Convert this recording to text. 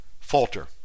falter